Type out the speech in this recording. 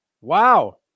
Wow